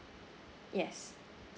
yes